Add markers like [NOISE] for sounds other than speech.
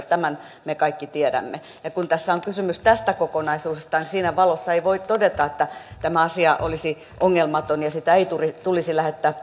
[UNINTELLIGIBLE] tämän me kaikki tiedämme ja kun tässä on kysymys tästä kokonaisuudesta niin siinä valossa ei voi todeta että tämä asia olisi ongelmaton ja sitä ei tulisi tulisi lähettää [UNINTELLIGIBLE]